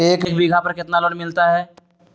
एक बीघा पर कितना लोन मिलता है?